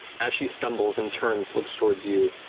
as she stumbles and turns, looks towards you,